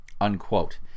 unquote